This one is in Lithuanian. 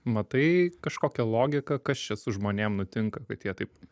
matai kažkokią logiką kas čia su žmonėm nutinka kad jie taip